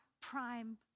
prime